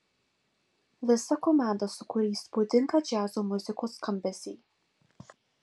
visa komanda sukūrė įspūdingą džiazo muzikos skambesį